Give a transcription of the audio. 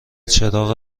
چراغ